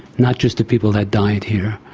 not just the people that died here,